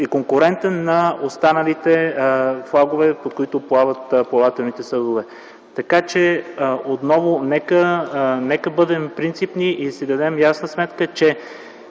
конкурентен на останалите флагове, под които плават плавателните съдове. Така че отново – нека бъдем принципни и да си дадем ясна сметка, че